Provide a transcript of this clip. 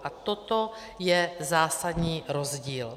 A toto je zásadní rozdíl.